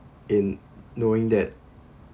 in knowing that